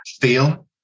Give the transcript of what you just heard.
feel